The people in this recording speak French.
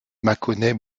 mâconnais